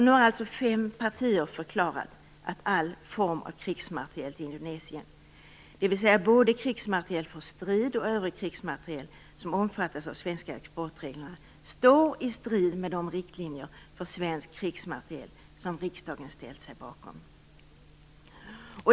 Nu har alltså fem partier förklarat att all form av krigsmateriel till Indonesien - dvs. både krigsmateriel för strid och övrig krigsmateriel som omfattas av de svenska exportreglerna - står i strid med de riktlinjer för svensk krigsmateriel som riksdagen ställt sig bakom.